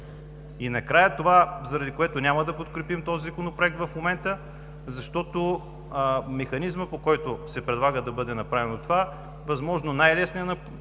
И накрая това, заради което няма да подкрепим този законопроект в момента, защото механизмът, по който се предлага да бъде направено това, е възможно най-лесният на първо